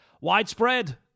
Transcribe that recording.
widespread